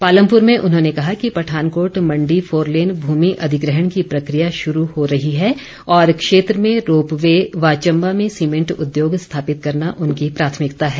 पालमपुर में उन्होंने कहा कि पठानकोट मंडी फोरलेन भूमि अधिग्रहण की प्रकिया शुरू हो रही है और क्षेत्र में रोप वे और चंबा में सीमेंट उद्योग स्थापित करना उनकी प्राथमिकता है